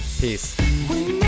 Peace